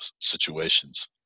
situations